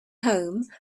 home